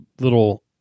little